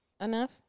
enough